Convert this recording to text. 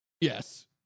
Yes